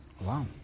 Wow